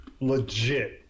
legit